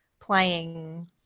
playing